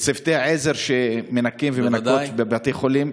צוותי העזר שמנקים ומנקות בבתי חולים.